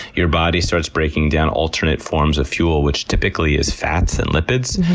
your body starts breaking down alternate forms of fuel, which typically is fats and lipids.